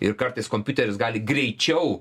ir kartais kompiuteris gali greičiau